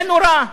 זה נורא.